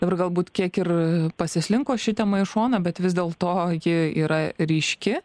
ir galbūt kiek ir pasislinko ši tema į šoną bet vis dėlto ji yra ryški